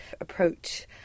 approach